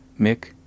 Mick